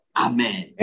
amen